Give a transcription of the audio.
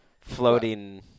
floating –